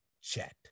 chat